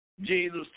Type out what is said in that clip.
Jesus